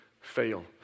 fail